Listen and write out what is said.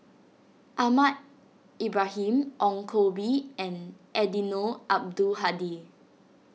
Ahmad Ibrahim Ong Koh Bee and Eddino Abdul Hadi